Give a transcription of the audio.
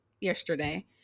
yesterday